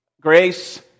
grace